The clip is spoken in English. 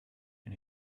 and